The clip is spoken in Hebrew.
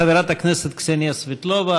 חברת הכנסת קסניה סבטלובה,